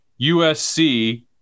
USC